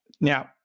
Now